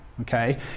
okay